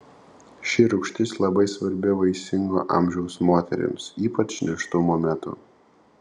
ši rūgštis labai svarbi vaisingo amžiaus moterims ypač nėštumo metu